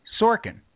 Sorkin